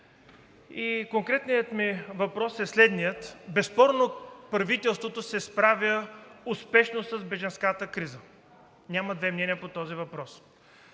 Конкретният ми въпрос е следният: безспорно правителството се справя успешно с бежанската криза – няма две мнения по този въпрос.